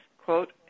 quote